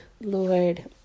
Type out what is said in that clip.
Lord